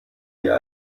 wir